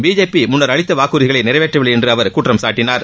BJP முன்னர அளித்த வாக்குறுதிகளை நிறைவேற்றவில்லை என அவர் குற்றம் சாட்டினார்